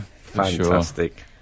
Fantastic